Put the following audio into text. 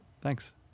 Thanks